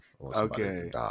Okay